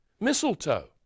Mistletoe